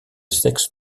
sexe